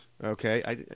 Okay